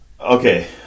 Okay